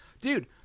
dude